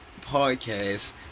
podcast